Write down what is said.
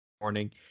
morning